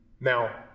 Now